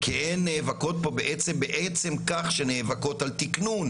כי הן נאבקות פה בעצם כך שנאבקות על תקנון